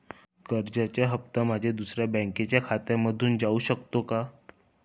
कर्जाचा हप्ता माझ्या दुसऱ्या बँकेच्या खात्यामधून जाऊ शकतो का?